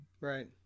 Right